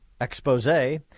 expose